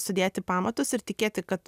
sudėti pamatus ir tikėti kad